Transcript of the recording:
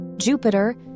Jupiter